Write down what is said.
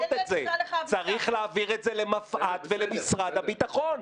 צריך להעביר את זה למפא"ת ולמשרד הביטחון.